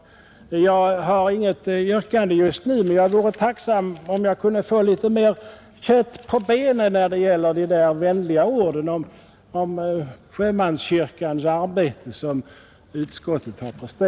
Jag har inte för avsikt att nu ställa något yrkande, men jag vore tacksam att få något mera kött på benen när det gäller de vänliga ord som utskottet har presterat om sjömanskyrkans arbete.